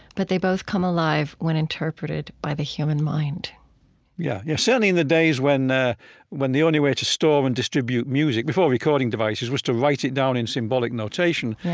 but they both come alive when interpreted by the human mind yeah. yeah certainly in the days when the when the only way to store and distribute music before recording devices was to write it down in symbolic notation.